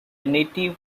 native